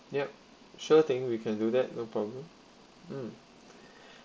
yup sure thing we can do that no problem mm